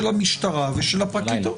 של המשטרה ושל הפרקליטות?